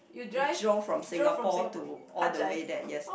we drove from Singapore to all the way there yes